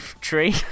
tree